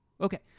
Okay